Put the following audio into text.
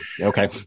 Okay